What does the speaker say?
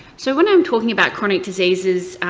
so when i'm talking about chronic diseases,